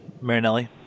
Marinelli